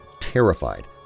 terrified